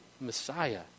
Messiah